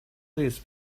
these